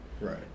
Right